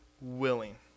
willing